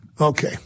Okay